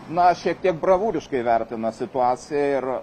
na šiek tiek bravūriškai vertina situaciją ir